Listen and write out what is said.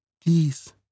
please